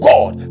God